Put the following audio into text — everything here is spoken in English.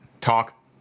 talk